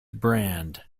brand